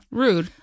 rude